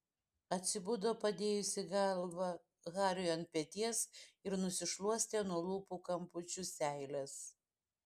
atsibudo padėjusi galvą hariui ant peties ir nusišluostė nuo lūpų kampučių seiles